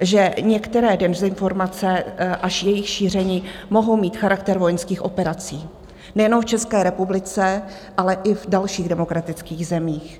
že některé dezinformace a jejich šíření mohou mít charakter vojenských operací, nejenom v České republice, ale i v dalších demokratických zemích.